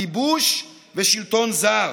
כיבוש ושלטון זר.